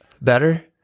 better